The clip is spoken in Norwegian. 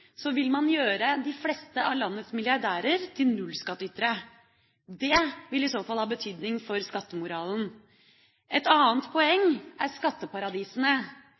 så fall ha betydning for skattemoralen. Et annet punkt er skatteparadisene.